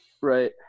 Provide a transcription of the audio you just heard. Right